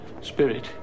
Spirit